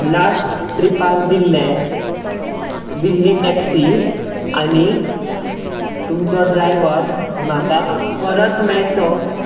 last ट्रिपार दिल्ले Delhi taxi आनी तुमचो ड्रायवर म्हाका परत मेळचो